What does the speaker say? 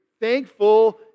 Thankful